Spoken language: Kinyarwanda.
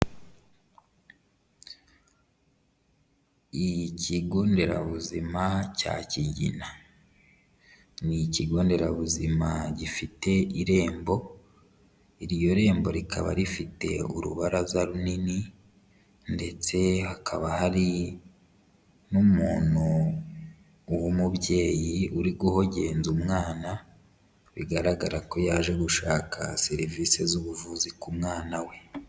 Ikigo nderabuzima cya Kigina, ni ikigo nderabuzima gifite irembo, iryo rembo rikaba rifite urubaraza runini ndetse hakaba hari n'umuntu w'umubyeyi uri kuhogenza umwana, bigaragara ko yaje gushaka serivise z'ubuvuzi ku mwana we.